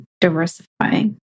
diversifying